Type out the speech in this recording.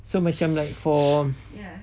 so macam like for